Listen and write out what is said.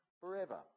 forever